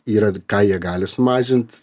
yra ką jie gali sumažint